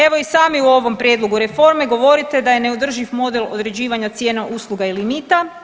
Evo i sami u ovom prijedlogu reforme govorite da je neodrživ model određivanja cijena usluga i limita.